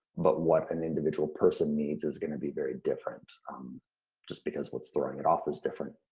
but what an individual person needs is gonna be very different um just because what's throwing it off is different.